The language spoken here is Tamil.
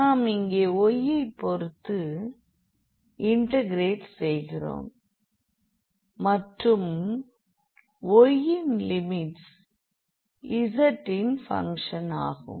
நாம் இங்கே y ஐ பொருத்து இன்டெகிரெட் செய்கிறோம் மற்றும் y யின் லிமிட்ஸ் z இன் பங்க்ஷன் ஆகும்